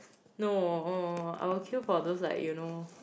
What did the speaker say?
no uh I will queue for those like you know